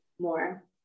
more